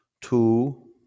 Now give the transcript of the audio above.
Two